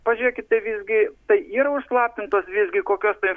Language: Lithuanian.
pažiūrėkite visgi tai yra užslapintos visgi kokios tai